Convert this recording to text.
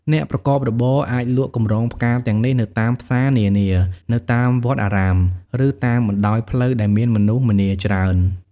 អ្នកប្រកបរបរអាចលក់កម្រងផ្កាទាំងនេះនៅតាមផ្សារនានា នៅតាមវត្តអារាម ឬតាមបណ្ដោយផ្លូវដែលមានមនុស្សម្នាច្រើន។